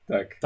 Tak